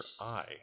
eye